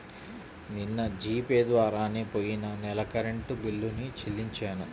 నిన్న GPay ద్వారానే పొయ్యిన నెల కరెంట్ బిల్లుని చెల్లించాను